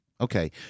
Okay